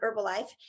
Herbalife